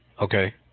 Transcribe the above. Okay